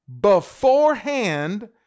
beforehand